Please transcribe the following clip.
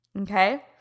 Okay